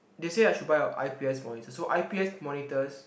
they say I should buy a I_P_S monitor so I_P_S monitors